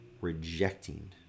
rejecting